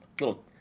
little